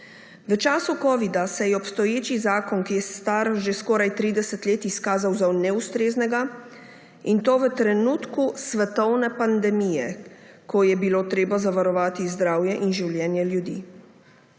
V času covida se je obstoječi zakon, ki je star že skoraj 30 let, izkazal za neustreznega, in to v trenutku svetovne pandemije, ko je bilo treba zavarovati zdravje in življenja ljudi.